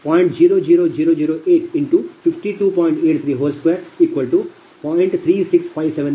3657 MW megawatt